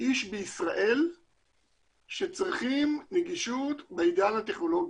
איש בישראל שצריכים נגישות בעידן הטכנולוגי.